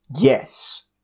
Yes